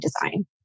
design